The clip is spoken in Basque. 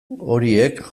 horiek